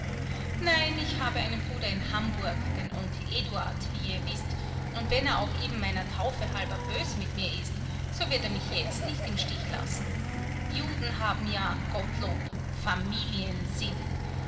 nein ich habe einen bruder in hamburg den onkel eduard wie ihr wißt und wenn er auch eben meiner taufe halber bös mit mir ist so wird er mich jetzt nicht im stich lassen juden haben ja gottlob